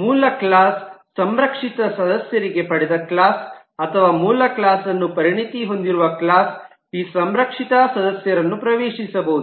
ಮೂಲ ಕ್ಲಾಸ್ ಸಂರಕ್ಷಿತ ಸದಸ್ಯರಿಗೆ ಪಡೆದ ಕ್ಲಾಸ್ ಅಥವಾ ಮೂಲ ಕ್ಲಾಸ್ನ್ನು ಪರಿಣತಿ ಹೊಂದಿರುವ ಕ್ಲಾಸ್ ಈ ಸಂರಕ್ಷಿತ ಸದಸ್ಯರನ್ನು ಪ್ರವೇಶಿಸಬಹುದು